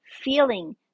Feeling